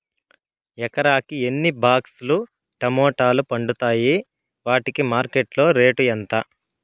ఎకరాకి ఎన్ని బాక్స్ లు టమోటాలు పండుతాయి వాటికి మార్కెట్లో రేటు ఎంత?